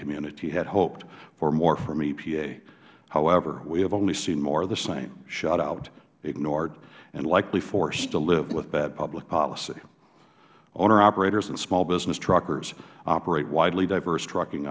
community had hoped for more from epa however we have only seen more of the same shut out ignored and likely forced to live with bad public policy owner operators and small business truckers operate widely diverse trucking